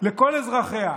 לכל אזרחיה,